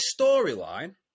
storyline